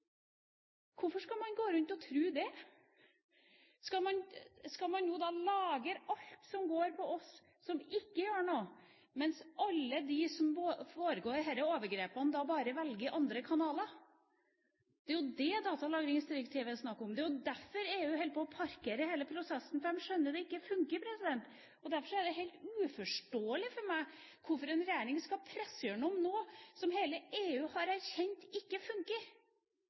Hvorfor skal man gå rundt og tro det? Skal man lagre alt som går på oss som ikke gjør noe, mens alle de som begår disse overgrepene, bare velger andre kanaler? Det er jo dét det er snakk om når det gjelder datalagringsdirektivet, det er derfor EU holder på å parkere hele prosessen, for de skjønner at det ikke funker. Det er helt uforståelig for meg hvorfor en regjering skal presse gjennom noe som hele EU har erkjent ikke funker.